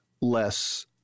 less